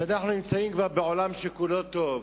שאנחנו נמצאים כבר בעולם שכולו טוב,